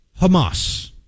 Hamas